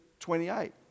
28